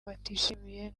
batishimiye